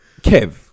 Kev